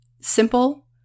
simple